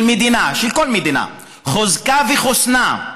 של כל מדינה, לחוזקה וחוסנה,